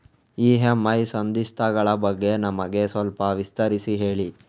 EMI ಸಂಧಿಸ್ತ ಗಳ ಬಗ್ಗೆ ನಮಗೆ ಸ್ವಲ್ಪ ವಿಸ್ತರಿಸಿ ಹೇಳಿ